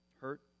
hurt